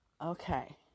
Okay